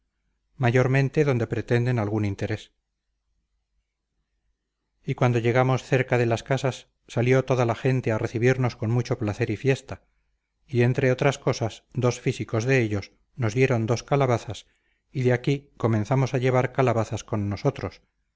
mayormente donde pretenden algún interés y cuando llegamos cerca de las casas salió toda la gente a recibirnos con mucho placer y fiesta y entre otras cosas dos físicos de ellos nos dieron dos calabazas y de aquí comenzamos a llevar calabazas con nosotros